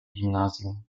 gimnazjum